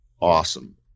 awesome